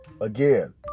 Again